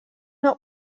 not